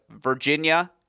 Virginia